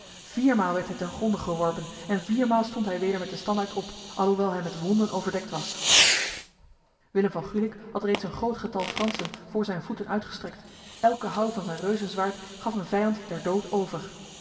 viermaal werd hij ten gronde geworpen en viermaal stond hij weder met de standaard op alhoewel hij met wonden overdekt was willem van gulik had reeds een groot getal fransen voor zijn voeten uitgestrekt elke houw van zijn reuzenzwaard gaf een vijand der dood over